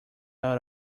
out